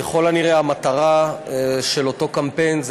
ככל הנראה המטרה של אותו קמפיין היא